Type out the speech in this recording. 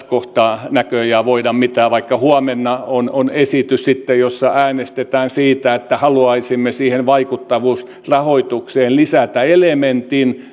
kohtaa näköjään voida mitään vaikka huomenna on on esitys sitten jossa äänestetään siitä että haluaisimme siihen vaikuttavuusrahoitukseen lisätä elementin